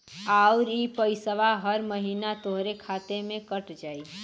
आउर इ पइसवा हर महीना तोहरे खाते से कट जाई